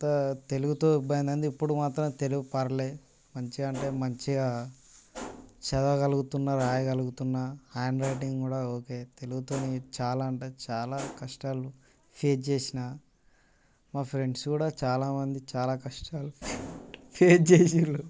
అంత తెలుగుతో ఇబ్బంది అయింది ఇప్పుడు మాత్రం తెలుగు పర్లే మంచిగా అంటే మంచిగా చదవగలుగుతున్నాను రాయగలుగుతున్నాను హ్యాండ్ రైటింగ్ కూడా ఓకే తెలుగుతో చాలా అంటే చాలా కష్టాలు ఫేస్ చేసినా మా ఫ్రెండ్స్ కూడా చాలా మంది చాలా కష్టాలు ఫేస్ చేసిర్రు